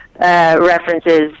references